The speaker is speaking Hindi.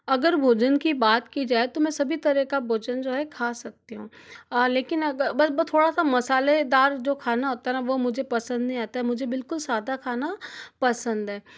अगर भोजन की बात की जाए तो मैं सभी तरह का भोजन जो है खा सकती हूँ लेकिन थोड़ा सा मसालेदार जो खाना होता है वह मुझे पसंद नहीं आता मुझे बिल्कुल सादा खाना पसंद है